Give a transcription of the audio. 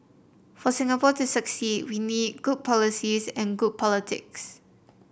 for Singapore to succeed we need good policies and good politics